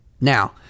now